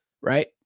right